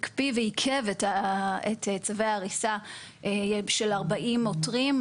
הקפיא ועיכב את צווי ההריסה של 40 עותרים,